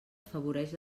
afavoreix